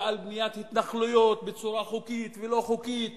ועל בניית התנחלויות בצורה חוקית ולא חוקית